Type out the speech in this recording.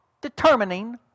determining